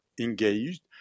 engaged